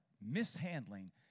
mishandling